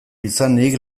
izanik